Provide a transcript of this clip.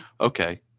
okay